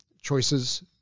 choices